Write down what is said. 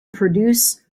produce